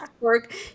work